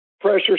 pressure